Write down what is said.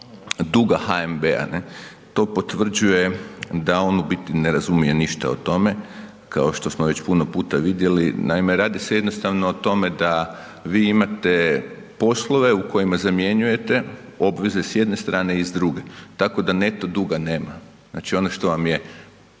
duga HNB-a ne, to potvrđuje da on u biti ne razumije ništa o tome, kao što smo već puno puta vidjeli, naime radi se jednostavno o tome da vi imate poslove u kojima zamjenjujete obveze s jedne strane i s druge, tako da neto duga nema, znači ono što vam je